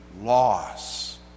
loss